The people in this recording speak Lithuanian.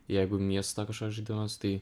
jeigu miesto kažkoks žaidimas tai